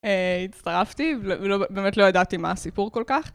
אה... הצטרפתי ו... לא... באמת לא ידעתי מה הסיפור כל כך.